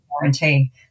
guarantee